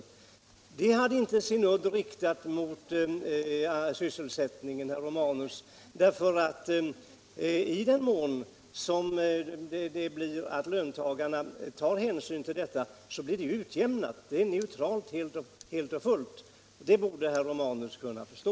Det förslaget hade inte sin udd riktad mot sysselsättningen, herr Romanus. I den mån löntagarna tar hänsyn till höjningen sker en utjämning, som gör att åtgärden blir helt neutral. Det borde herr Romanus kunna förstå.